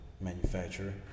manufacturer